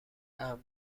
امن